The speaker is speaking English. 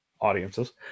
audiences